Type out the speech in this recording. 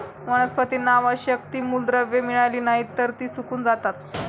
वनस्पतींना आवश्यक ती मूलद्रव्ये मिळाली नाहीत, तर ती सुकून जातात